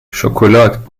شکلات